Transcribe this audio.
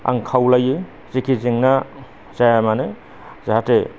आं खावलायो जेखि जेंना जाया मानो जाहाथे